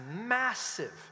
massive